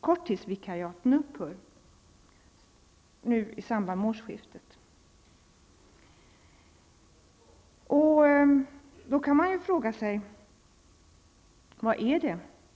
Korttidsvikariaten upphör nu i samband med årsskiftet. Då kan man ju fråga sig vad det innebär.